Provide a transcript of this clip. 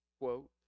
quote